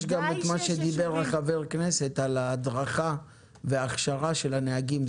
שמענו גם את דבריו של חבר הכנסת על ההדרכה וההכשרה של הנהגים.